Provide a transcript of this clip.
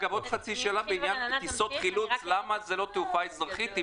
ועוד חצי שאלה לגבי טיסות חילוץ למה זה לא תעופה אזרחית,